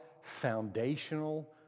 foundational